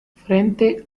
frente